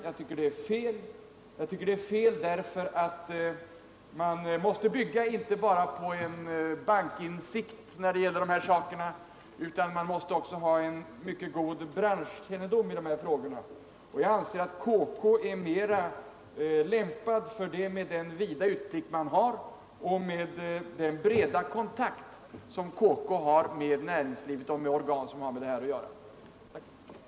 Jag tycker det är fel — fel därför att man måste bygga inte bara på en bankinsikt när det gäller dessa saker, utan man måste också ha en mycket god branschkännedom i frågorna. Jag anser att kommerskollegium är mera lämpat för det med den vida utblick man har och med den breda kontakt som kommerskollegium har med näringslivet och med organ som har med det här att göra.